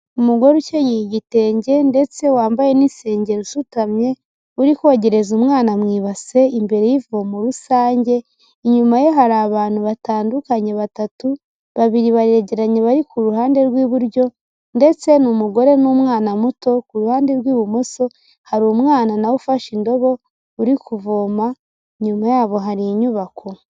Umugore ukenyeye igitenge, ndetse wambaye n'isengeri usutamye, uri kogereza umwana mu ibase, imbere y'ivomo rusange, inyuma ye hari abantu batandukanye batatu, babiri baregeranye bari ku ruhande rw'iburyo, ndetse ni umugore n'umwana muto, kuhande rw'ibumoso, hari umwana na we ufashe indobo, uri kuvoma, inyuma yabo hari inyubako.